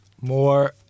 more